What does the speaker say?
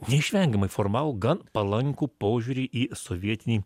neišvengiamai formavo gan palankų požiūrį į sovietinį